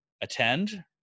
attend